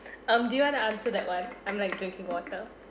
um do you want to answer that one I'm like drinking water